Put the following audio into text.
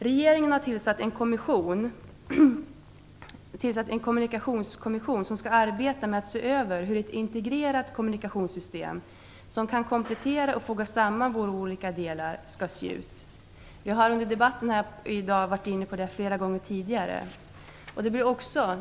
Regeringen har tillsatt en kommunikationskommission som skall arbeta med att se över hur ett integrerat kommunikationssystem som kan komplettera och foga samman våra olika delar skall se ut. I debatten i dag har vi varit inne på det flera gånger tidigare.